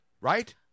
right